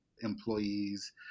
employees